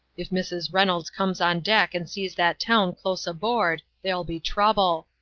if mrs. reynolds comes on deck and sees that town close aboard, there'll be trouble.